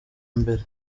mbere